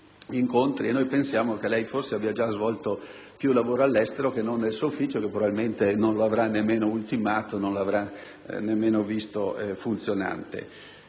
e noi pensiamo che forse abbia svolto più lavoro all'estero che non nel suo ufficio che probabilmente non sarà nemmeno ultimato e non avrà potuto ancora vedere funzionante.